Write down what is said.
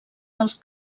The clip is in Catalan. dels